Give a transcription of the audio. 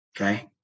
Okay